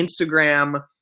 Instagram